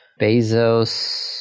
Bezos